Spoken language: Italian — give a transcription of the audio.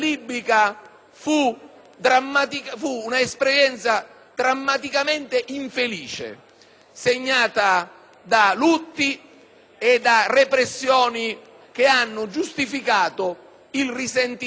segnata da lutti e repressioni che hanno giustificato il risentimento di quelle popolazioni nei confronti di quel fatto storico.